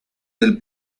del